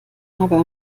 aber